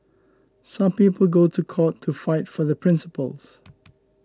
some people go to court to fight for their principles